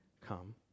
come